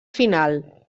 final